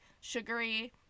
sugary